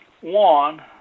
One